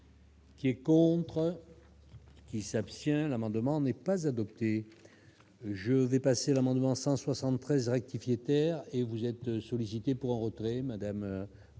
Qui est contre. Qui s'abstient l'amendement n'est pas adopté, je vais passer l'amendement 173. Et puis les Terres et vous êtes sollicité pour en retrait Madame Moret